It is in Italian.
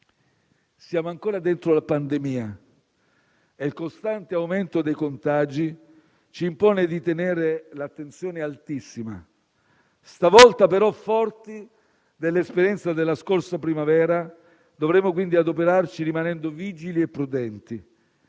Siamo ancora dentro la pandemia e il costante aumento dei contagi ci impone di tenere l'attenzione altissima. Stavolta però, forti dell'esperienza della scorsa primavera, dovremo adoperarci rimanendo vigili e prudenti.